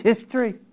history